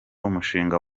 umushinga